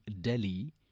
Delhi